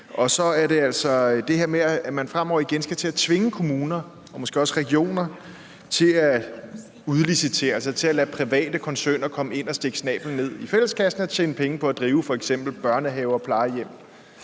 Det er også det her med, at man fremover igen vil tvinge kommunerne og måske også regionerne til at udlicitere, altså til at lade private koncerner komme ind og stikke snablen ned i fælleskassen og tjene penge på at drive f.eks. børnehaver og plejehjem